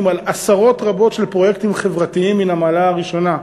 על עשרות רבות של פרויקטים חברתיים מן המעלה הראשונה.